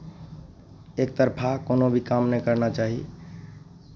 एकतरफा कोनो भी काम नहि करना चाही